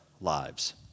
lives